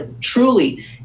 truly